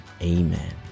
Amen